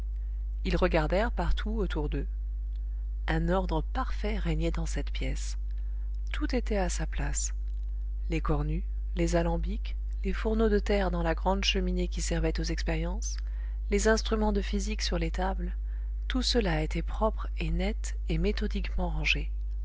ils regardèrent partout autour d'eux un ordre parfait régnait dans cette pièce tout était à sa place les cornues les alambics les fourneaux de terre dans la grande cheminée qui servait aux expériences les instruments de physique sur les tables tout cela était propre et net et méthodiquement rangé